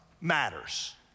matters